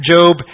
Job